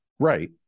right